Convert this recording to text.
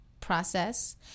process